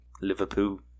Liverpool